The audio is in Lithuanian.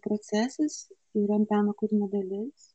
procesas yra meno kūrinio dalis